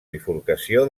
bifurcació